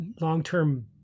long-term